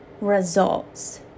results